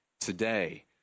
today